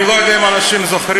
אני לא יודע אם אנשים זוכרים,